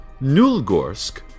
Nulgorsk